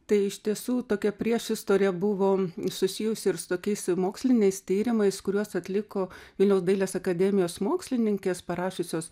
tai iš tiesų tokia priešistorė buvo susijusi ir su tokiais moksliniais tyrimais kuriuos atliko vilniaus dailės akademijos mokslininkės parašiusios